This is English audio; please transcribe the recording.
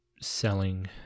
selling